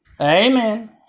Amen